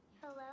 Hello